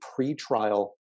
pretrial